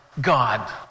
God